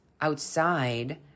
outside